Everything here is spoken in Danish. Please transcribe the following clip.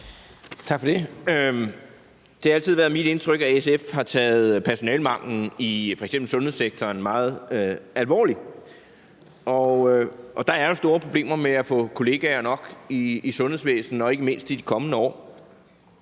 Tak for det. Det har altid været mit indtryk, at SF har taget personalemanglen i f.eks. sundhedssektoren meget alvorligt. Og der er jo store problemer med at få kollegaer nok i sundhedsvæsenet og ikke mindst i de kommende år.